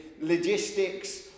logistics